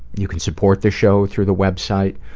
you can support the show through the website,